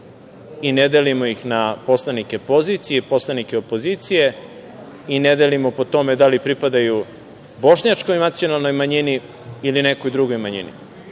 i ne delimo ih na poslanike pozicije i poslanike opozicije i ne delimo ih po tome da li pripadaju bošnjačkoj nacionalnoj manjini ili nekoj drugoj manjini.